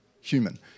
human